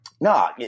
no